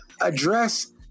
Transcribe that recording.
address